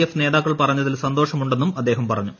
F നേതാക്ക്ൾ പറഞ്ഞതിൽ സന്തോഷമുണ്ടെന്നും അദ്ദേഹം പറഞ്ഞു